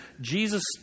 Jesus